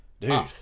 dude